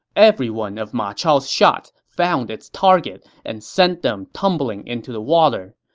every one of ma chao's shots found its target and send them tumbling into the water.